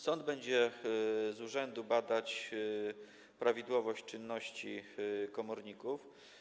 Sąd będzie z urzędu badać prawidłowość czynności komorników.